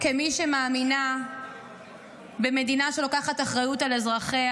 כמי שמאמינה במדינה שלוקחת אחריות על אזרחיה,